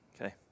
Okay